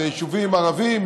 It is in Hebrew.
יישובים ערביים,